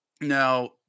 Now